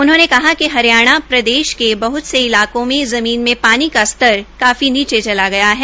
उन्होंने कहा कि हरियाणा प्रदेश के बहत से इलाकों मे ज़मीन में पानी का स्तर काफी नीचे चला गया है